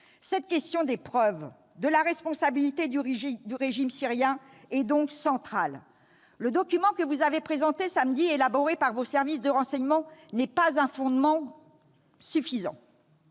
Cette question des preuves de la responsabilité du régime syrien est donc centrale. Le document que vous avez présenté samedi, élaboré par vos services de renseignement, ne constitue pas un fondement suffisant.